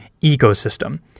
ecosystem